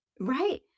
Right